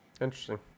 Interesting